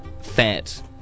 fat